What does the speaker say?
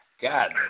God